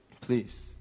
Please